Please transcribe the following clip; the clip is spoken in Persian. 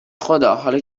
خدا، حالا